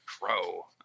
Crow